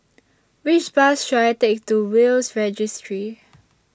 Which Bus should I Take to Will's Registry